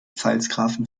pfalzgrafen